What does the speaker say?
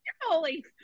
holy